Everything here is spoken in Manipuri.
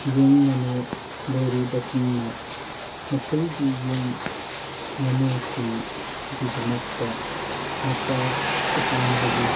ꯌꯦꯟ ꯉꯥꯅꯨ ꯂꯣꯏꯔꯤꯕꯁꯤꯡꯅ ꯃꯈꯣꯏꯒꯤ ꯌꯦꯟ ꯉꯥꯅꯨꯁꯤꯡꯒꯤꯗꯃꯛꯇ ꯃꯆꯥ ꯑꯣꯜꯍꯟꯕꯒꯤ